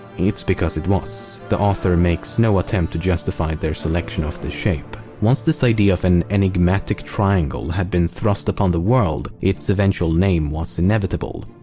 it's because it was. the author makes no attempt to justify their selection of this shape. once this idea of an enigmatic triangle had been thrust upon the world its eventual name was inevitable.